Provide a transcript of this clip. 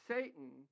Satan